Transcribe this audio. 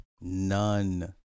None